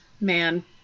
Man